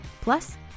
Plus